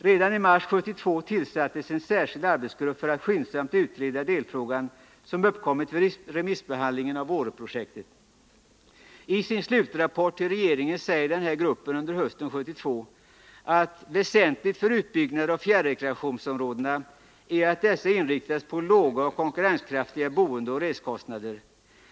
Redan i mars 1972 tillsattes en särskild arbetsgrupp för att skyndsamt utreda delfrågor som uppkommit vid remissbehandlingen av Åreprojektet. I sin slutrapport till regeringen säger den här gruppen under hösten 1972, att ”väsentligt för utbyggnad av fjärrekreationsområden är att dessa inriktas på låga och konkurrenskraftiga boendeoch resekostnader.